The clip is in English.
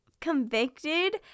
convicted